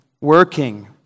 working